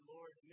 Lord